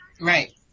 right